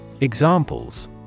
Examples